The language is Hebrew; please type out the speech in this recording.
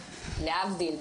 להבדיל,